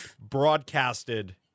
broadcasted